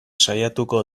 saiatuko